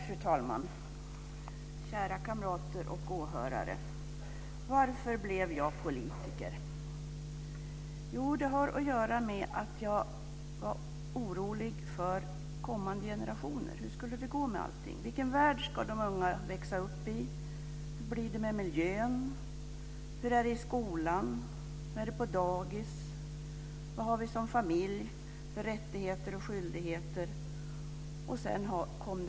Fru talman, kära kamrater och åhörare! Varför blev jag politiker? Jo, det har att göra med att jag var orolig för kommande generationer. Hur skulle det gå med allting? Vilken värld ska de unga växa upp i? Hur blir det med miljön? Hur är det i skolan eller på dagis? Vilka rättigheter och skyldigheter har våra familjer?